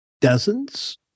dozens